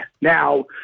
now